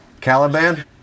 Caliban